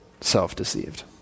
self-deceived